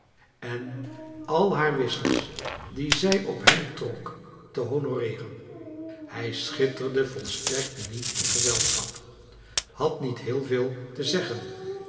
en al haar wissels die zij op hem trok te honoreeren hij schitterde volstrekt niet in gezelschap had niet heel veel te zeggen